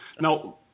Now